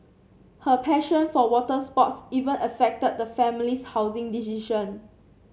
her passion for water sports even affected the family's housing decision